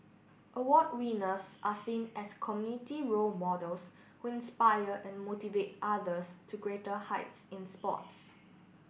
award winners are seen as committee role models who inspire and motivate others to greater heights in sports